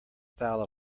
style